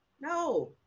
no